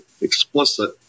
explicit